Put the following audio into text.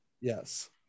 Yes